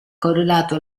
correlato